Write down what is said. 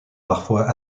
parfois